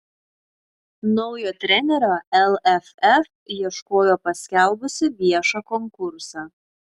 naujo trenerio lff ieškojo paskelbusi viešą konkursą